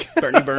Bernie